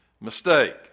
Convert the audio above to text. mistake